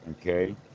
Okay